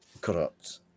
corrupt